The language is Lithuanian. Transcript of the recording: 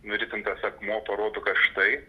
nuritintas akmuo parodo kad štai